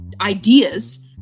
ideas